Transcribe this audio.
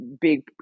big